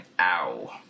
ow